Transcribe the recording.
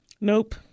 Nope